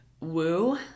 woo